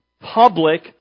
public